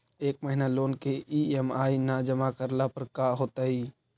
एक महिना लोन के ई.एम.आई न जमा करला पर का होतइ?